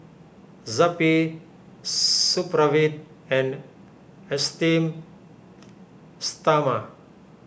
Zappy Supravit and Esteem Stoma